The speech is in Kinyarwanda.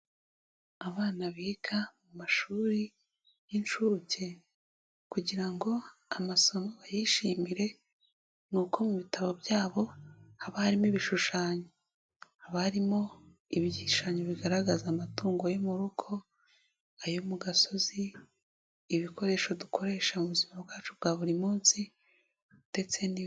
Abana biga mu mashuri y'inshuke kugira ngo amasomo bayishimire ni uko mu bitabo byabo haba harimo ibishushanyo, haba harimo ibyishushanyo bigaragaza amatungo yo mu rugo, ayo mu gasozi, ibikoresho dukoresha mu buzima bwacu bwa buri munsi ndetse n'ibindi.